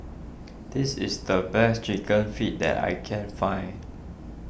this is the best Chicken Feet that I can find